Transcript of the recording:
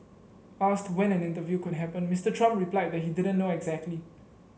asked when an interview could happen Mister Trump replied that he didn't know exactly